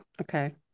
Okay